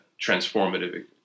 transformative